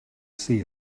see